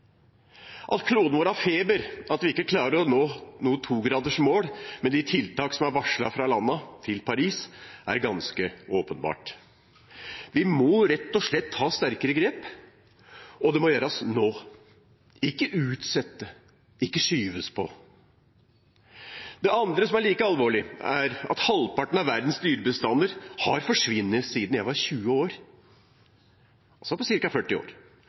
At kloden vår har feber, at vi ikke klarer å nå noe 2-gradersmål med de tiltak som er varslet fra landene i Paris, er ganske åpenbart. Vi må rett og slett ta sterkere grep, og det må gjøres nå – ikke utsettes, ikke skyves på. Det andre, som er like alvorlig, er at halvparten av verdens dyrebestander har forsvunnet siden jeg var 20 år, altså på ca. 40 år.